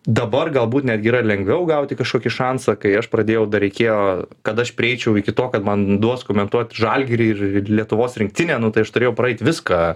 dabar galbūt netgi yra lengviau gauti kažkokį šansą kai aš pradėjau dar reikėjo kad aš prieičiau iki to kad man duos komentuot žalgirį ir ir lietuvos rinktinę nu tai aš turėjau praeit viską